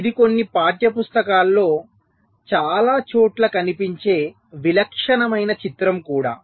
ఇది కొన్ని పాఠ్యపుస్తకాల్లో చాలా చోట్ల కనిపించే విలక్షణమైన చిత్రం కూడా